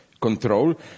Control